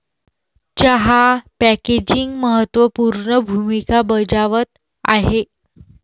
चहा पॅकेजिंग महत्त्व पूर्ण भूमिका बजावत आहे